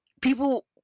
people